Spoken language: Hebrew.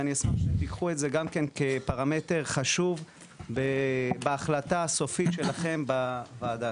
ואני אשמח שתיקחו את זה גם כן כפרמטר חשוב בהחלטה הסופית שלכם בוועדה,